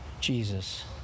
Jesus